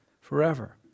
forever